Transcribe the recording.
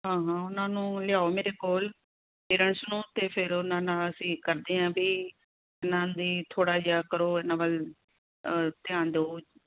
ਹਾਂ ਹਾਂ ਉਹਨਾਂ ਨੂੰ ਲਿਆਓ ਮੇਰੇ ਕੋਲ ਪੇਰੈਂਟਸ ਨੂੰ ਅਤੇ ਫਿਰ ਉਹਨਾਂ ਨਾਲ ਅਸੀਂ ਕਰਦੇ ਹਾਂ ਵੀ ਇਹਨਾਂ ਦੀ ਥੋੜ੍ਹਾ ਜਿਹਾ ਕਰੋ ਇਹਨਾਂ ਵੱਲ ਧਿਆਨ ਦਿਓ